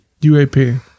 UAP